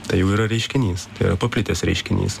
tai jau yra reiškinys tai yra paplitęs reiškinys